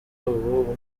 ubu